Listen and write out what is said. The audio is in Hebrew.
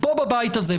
פה בבית הזה.